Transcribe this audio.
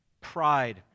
pride